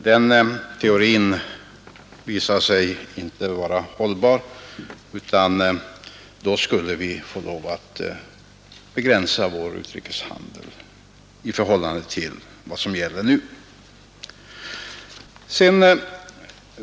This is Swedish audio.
Den teorin visar sig inte vara hållbar, utan vi skulle få lov att begränsa vår utrikeshandel i förhållande till vad som gäller nu.